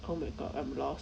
oh my god I'm lost